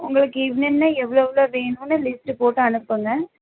உங்களுக்கு என்னென்ன எவ்வளோ எவ்வளோ வேணுமுன்னு லிஸ்ட்டு போட்டு அனுப்புங்க